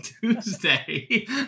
Tuesday